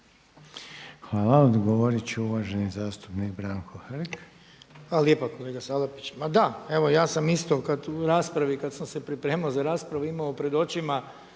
Hvala. Odgovoriti će uvaženi zastupnik Branko Hrg. **Hrg, Branko (HDS)** Hvala lijepa. Kolega Salapić, ma da, evo ja sam isto u raspravi kada sam se pripremao za raspravu imao pred očima